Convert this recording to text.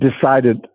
decided